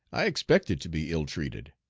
i expected to be ill-treated.